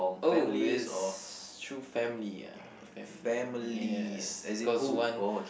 oh it's through family ya family yes cause one